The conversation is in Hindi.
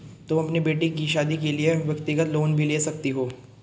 तुम अपनी बेटी की शादी के लिए व्यक्तिगत लोन भी ले सकती हो